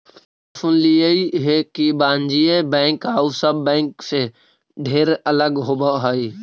हम सुनलियई हे कि वाणिज्य बैंक आउ सब बैंक से ढेर अलग होब हई